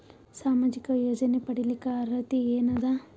ಸಾಮಾಜಿಕ ಯೋಜನೆ ಪಡಿಲಿಕ್ಕ ಅರ್ಹತಿ ಎನದ?